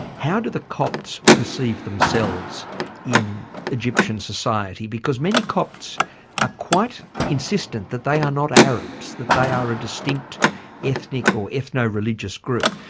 how do the copts perceive themselves in egyptian society because many copts are ah quite insistent that they are not arabs, that they are a distinct ethnic or ethno-religious group?